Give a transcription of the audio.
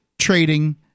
trading